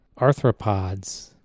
arthropods